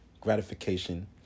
gratification